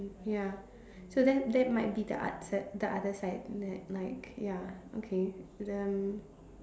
ya so that that might be the upset the other side that like ya okay then